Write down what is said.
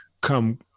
come